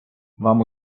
вам